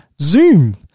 zoom